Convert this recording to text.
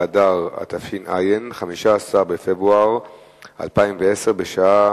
בעוד חיילים קרביים ושאינם קרביים פטורים מבדיקה זו.